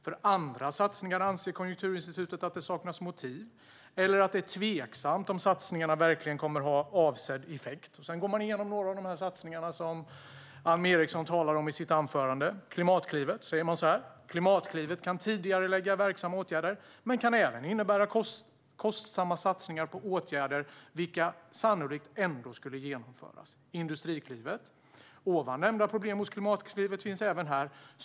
För andra satsningar anser Konjunkturinstitutet att det saknas motiv eller att det är tveksamt om satsningarna verkligen kommer ha avsedd effekt." Sedan går man igenom några av de satsningar som Alm Ericson talar om i sitt anförande. Om Klimatklivet säger man så här: "Klimatklivet kan tidigarelägga verksamma åtgärder, men kan även innebära kostsamma satsningar på åtgärder vilka sannolikt ändå skulle genomföras." När det gäller Industriklivet skriver man: "Ovan nämnda problem hos Klimatklivet finns även här.